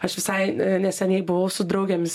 aš visai neseniai buvau su draugėmis